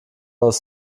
aus